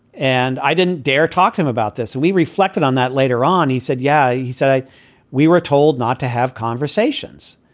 and i didn't dare talk to him about this. and we reflected on that later on. he said, yeah. yeah he said, i we were told not to have conversations.